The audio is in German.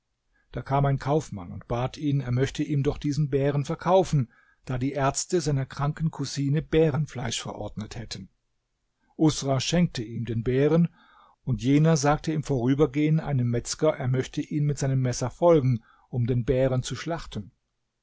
da kam ein kaufmann und bat ihn er möchte ihm doch diesen bären verkaufen da die ärzte seiner kranken kusine bärenfleisch verordnet hätten usra schenkte ihm den bären und jener sagte im vorübergehen einem metzger er möchte ihm mit seinem messer folgen um den bären zu schlachten